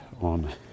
on